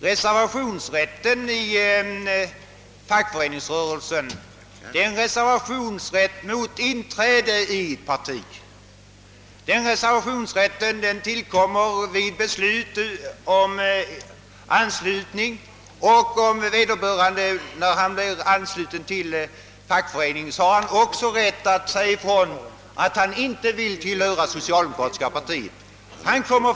Reservationsrätten inom = fackföreningsrörelsen är en rätt till reservation mot beslut om anslutning till partiet och en rätt för den som kommer med i en fackförening att säga ifrån att han inte vill tillhöra det socialdemokratiska partiet.